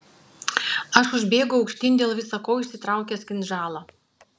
aš užbėgau aukštyn dėl visa ko išsitraukęs kinžalą